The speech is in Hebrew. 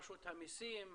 רשות המסים,